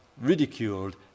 ridiculed